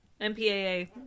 MPAA